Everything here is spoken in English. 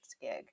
gig